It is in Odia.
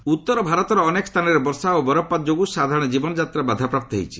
ୱେଦର ଉତ୍ତର ଭାରତର ଅନେକ ସ୍ଥାନରେ ବର୍ଷା ଓ ବରଫପାତ ଯୋଗୁଁ ସାଧାରଣ କୀବନଯାତ୍ରା ବାଧାପ୍ରାପ୍ତ ହୋଇଛି